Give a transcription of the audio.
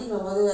ஆமாம்:aamam